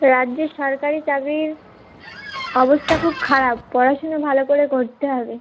রাজ্যে সরকারি চাকরির অবস্থা খুব খারাপ পড়াশুনো ভালো করে করতে হবে